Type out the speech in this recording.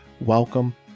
welcome